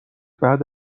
بعد